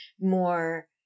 more